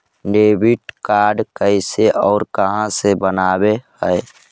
Debit card कैसे और कहां से बनाबे है?